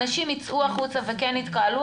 אנשים יצאו החוצה וכן יתקהלו,